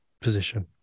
position